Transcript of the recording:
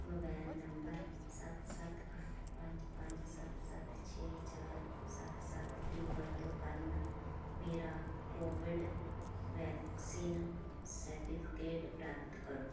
mobile number ਸੱਤ ਸੱਤ ਅੱਠ ਪੰਜ ਪੰਜ ਸੱਤ ਸੱਤ ਛੇ ਚਾਰ ਸੱਤ ਸੱਤ ਦੀ ਵਰਤੋਂ ਕਰਨ ਮੇਰਾ ਕੋਵਿਡ ਵੈਕਸੀਨ ਸਰਟੀਫਿਕੇਟ ਪ੍ਰਾਪਤ ਕਰੋ